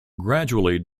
gradually